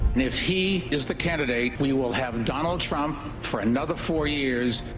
if he is the candidate, we will have donald trump for another four years.